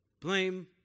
blame